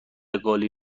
قالی